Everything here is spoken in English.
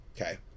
Okay